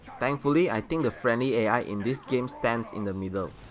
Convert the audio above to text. thankfully i think the friendly ai in this game stands in the middle.